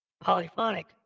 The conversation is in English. polyphonic